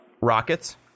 Rockets